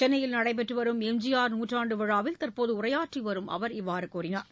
சென்னையில் நடைபெற்று வரும் எம்ஜிஆர் நூற்றாண்டு விழாவில் தற்போது உரையாற்றி வரும் அவர் இவ்வாறு கூறினார்